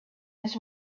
his